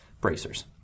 bracers